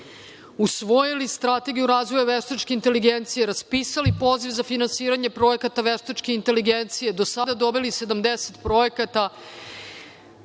Usvojili smo Strategiju razvoja veštačke inteligencije i raspisali poziv za finansiranje projekata veštačke inteligencije. Do sada smo doveli 70 projekata. Krenuli